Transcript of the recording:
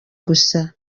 gusa